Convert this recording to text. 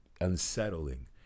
unsettling